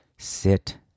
sit